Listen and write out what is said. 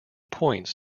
points